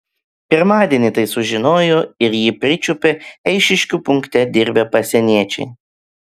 pirmadienį tai sužinojo ir jį pričiupę eišiškių punkte dirbę pasieniečiai